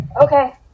okay